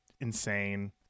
insane